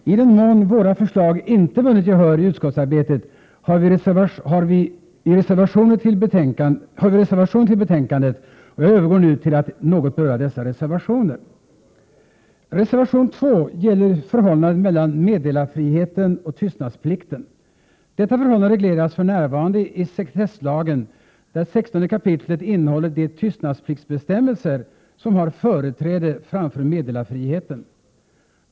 I den mån våra förslag inte vunnit gehör i utskottsarbetet, har vi fogat reservationer till betänkandet, och jag övergår nu till att något beröra dessa reservationer. Reservation 2 gäller förhållandet mellan meddelarfriheten och tystnadsplikten. Detta förhållande regleras för närvarande i sekretesslagen, där 16 kap. innehåller de tystnadspliktsbestämmelser som har företräde framför meddelarfriheten.